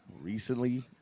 recently